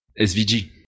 SVG